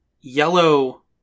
yellow